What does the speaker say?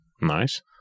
Nice